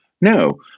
No